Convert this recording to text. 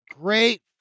great